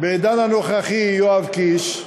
בעידן הנוכחי, יואב קיש,